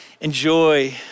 enjoy